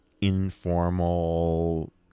informal